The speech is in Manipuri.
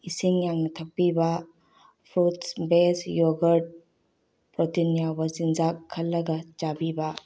ꯏꯁꯤꯡ ꯌꯥꯡꯅ ꯊꯛꯄꯤꯕ ꯐ꯭ꯔꯨꯠꯁ ꯕꯦꯖ ꯌꯣꯒꯔꯠ ꯄ꯭ꯔꯣꯇꯤꯟ ꯌꯥꯎꯕ ꯆꯤꯟꯖꯥꯛ ꯈꯜꯂꯒ ꯆꯥꯕꯤꯕ